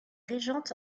régente